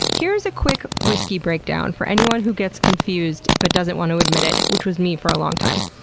here's a quick whisky breakdown for anyone who gets confused but doesn't want to admit it, which was me for a long time.